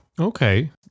Okay